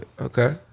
Okay